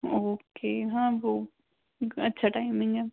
okay हाँ वो अच्छा टाइमिंग है